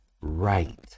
right